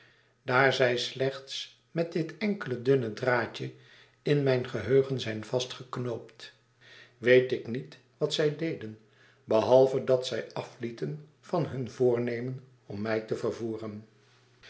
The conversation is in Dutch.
daar zij slechts met dit enkeledunne draadjein mijn geheugen zijn vastgeknoopt weet ik niet wat zij deden behalve dat zij aflieten van hun voornemen om mij te vervoeren